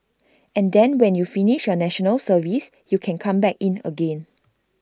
and then when you finish your National Service you can come back in again